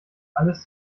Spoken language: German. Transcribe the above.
alles